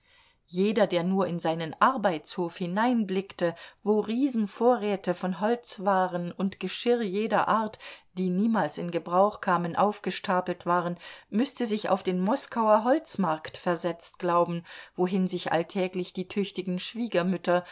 jeder der nur in seinen arbeitshof hineinblickte wo riesenvorräte von holzwaren und geschirr jeder art die niemals in gebrauch kamen aufgestapelt waren müßte sich auf den moskauer holzmarkt versetzt glauben wohin sich alltäglich die tüchtigen schwiegermütter